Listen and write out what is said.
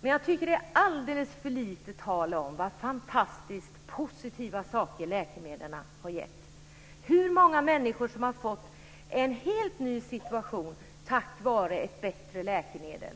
Men jag tycker att det är alldeles för lite tal om vilka fantastiskt positiva saker läkemedlen har gett. Många människor har fått en helt ny situation tack vare ett bättre läkemedel.